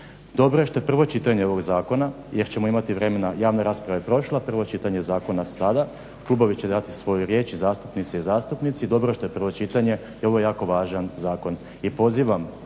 Dobro je što je prvo čitanje ovog zakona jer ćemo imati vremena, javna rasprava je prošla, prvo čitanje zakona je sada, klubovi će dati svoju riječ i zastupnice i zastupnici i dobro je što je prvo čitanje i ovo je jako važan zakon. I pozivam